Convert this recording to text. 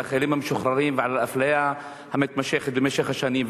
החיילים המשוחררים ועל האפליה המתמשכת במשך השנים.